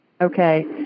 Okay